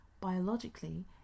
Biologically